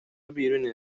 بیرونین